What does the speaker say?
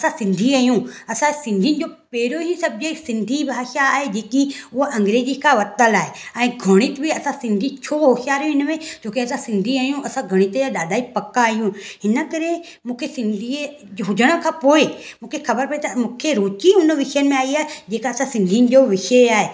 असां सिंधी आहियूं असां सिंधियुनि जो पहिरियों ई सबजेक्ट सिंधी भाषा आहे जेकी हूअ अंग्रेजी खां वरितल आहे ऐं गणित बि असां सिंधी छो होशियारु आहियूं हिनमें छो की असां सिंधी आहियूं असां गणित जा ॾाढा ई पक्का आयूं हिन करे मूंखे सिंधी हुजण खां पोइ मूंखे ख़बर पइ त मूंखे रूची उननि विषयनि में आई आहे जेका असां सिंधियुनि जो विषय आहे